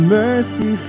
mercy